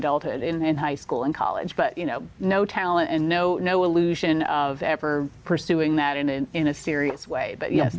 adulthood and high school and college but you know no talent and no no illusion of ever pursuing that in an in a serious way but yes